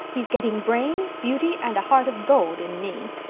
he's getting brains, beauty, and a heart of gold in me.